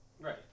Right